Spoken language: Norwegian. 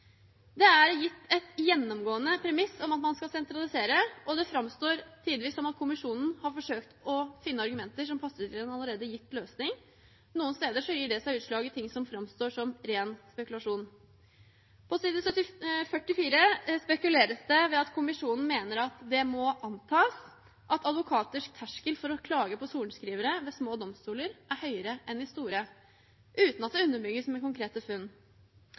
Det er gitt et gjennomgående premiss om at man skal sentralisere, og det framstår tidvis som at kommisjonen har forsøkt å finne argumenter som passer til en allerede gitt løsning. Noen steder gir det seg utslag i ting som framstår som ren spekulasjon. På side 44 spekuleres det ved at kommisjonen mener at det må antas at advokaters terskel for å klage på sorenskrivere ved små domstoler er høyere enn i store, uten at det underbygges med konkrete funn.